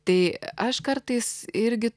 tai aš kartais irgi